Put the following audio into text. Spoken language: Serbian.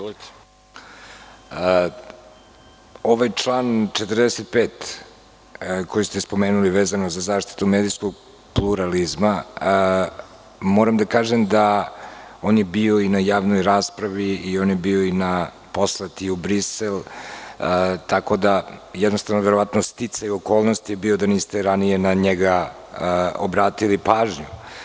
Ovaj član 45. koji ste spomenuli vezano za zaštitu medijskog pluralizma, moram da kažem da je on bio i na javnoj raspravi i bio je poslat i u Brisel, tako da jednostavno verovatno sticaje okolnosti je bio da niste ranije na njega obratili pažnju.